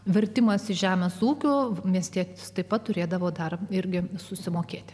vertimąsi žemės ūkiu miestietis taip pat turėdavo dar irgi susimokėti